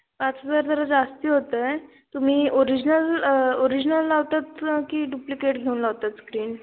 पाच हजार जरा जास्त होत आहे तुम्ही ओरिजनल ओरिजनल लावतात की डुप्लिकेट घेऊन लावतात स्क्रीन